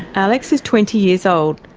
alex is twenty years old.